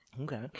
Okay